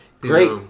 great